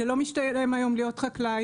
זה לא משתלם היום להיות חקלאי,